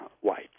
white